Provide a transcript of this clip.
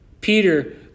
Peter